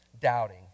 doubting